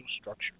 structure